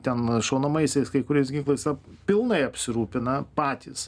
ten šaunamaisiais kai kurias ginklais pilnai apsirūpina patys